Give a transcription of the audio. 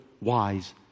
wise